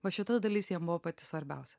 va šita dalis jiem buvo pati svarbiausia